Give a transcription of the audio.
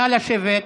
נא לשבת.